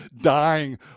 dying